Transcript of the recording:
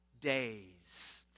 days